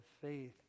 faith